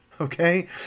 Okay